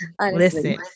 Listen